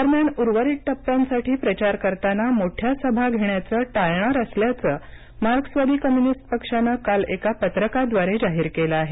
दरम्यान उर्वरित टप्प्यांसाठी प्रचार करताना मोठ्या सभा घेण्याचं टाळणार असल्याचं मार्क्सवादी कम्युनिस्ट पक्षानं काल एका पत्रकाद्वारे जाहीर केलं आहे